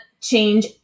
change